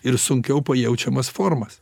ir sunkiau pajaučiamas formas